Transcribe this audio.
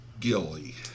Gilly